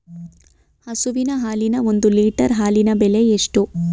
ಹಸುವಿನ ಹಾಲಿನ ಒಂದು ಲೀಟರ್ ಹಾಲಿನ ಬೆಲೆ ಎಷ್ಟು?